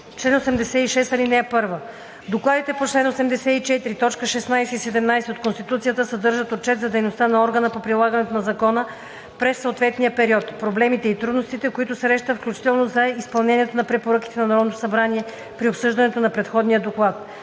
чл. 86: „Чл. 86. (1) Докладите по чл. 84, т. 16 и 17 от Конституцията съдържат отчет за дейността на органа по прилагането на закона през съответния период, проблемите и трудностите, които среща, включително и за изпълнението на препоръките на Народното събрание при обсъждането на предходния доклад.